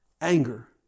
anger